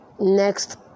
Next